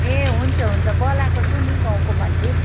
ए हुन्छ हुन्छ बोलाएको छु नि गाउँको मान्छे